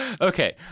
Okay